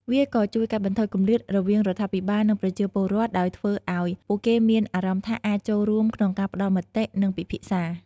វាក៏ជួយកាត់បន្ថយគម្លាតរវាងរដ្ឋាភិបាល និងប្រជាពលរដ្ឋ ដោយធ្វើឱ្យពួកគេមានអារម្មណ៍ថាអាចចូលរួមក្នុងការផ្តល់មតិ និងពិភាក្សា។